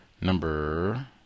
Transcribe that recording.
Number